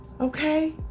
Okay